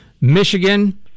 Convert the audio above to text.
Michigan-